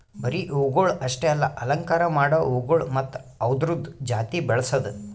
ಬರೀ ಹೂವುಗೊಳ್ ಅಷ್ಟೆ ಅಲ್ಲಾ ಅಲಂಕಾರ ಮಾಡೋ ಹೂಗೊಳ್ ಮತ್ತ ಅವ್ದುರದ್ ಜಾತಿ ಬೆಳಸದ್